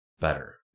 better